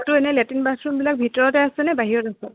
তাতটো এনেই লেট্ৰিন বাছৰুমবিলাক ভিতৰতে আছেনে বাহিৰত আছে